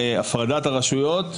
הפרדת הרשויות.